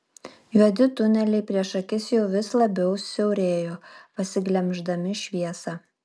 juodi tuneliai prieš akis jau vis labiau siaurėjo pasiglemždami šviesą